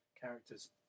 characters